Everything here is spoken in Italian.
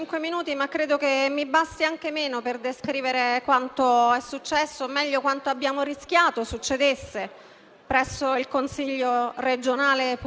Ebbene, è dovuto intervenire il Presidente del Consiglio, esercitando i suoi poteri sostitutivi,